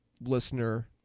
listener